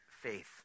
faith